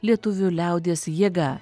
lietuvių liaudies jėga